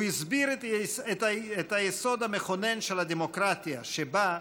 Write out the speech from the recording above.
הוא הסביר את היסוד המכונן של הדמוקרטיה, שבה,